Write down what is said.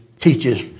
teaches